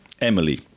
Emily